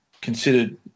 considered